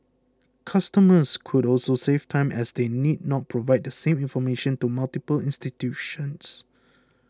customers could also save time as they need not provide the same information to multiple institutions